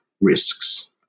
risks